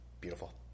Beautiful